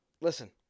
Listen